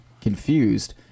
confused